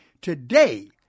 Today